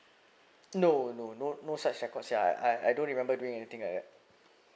no no no no such record I I I don't remember doing anything like that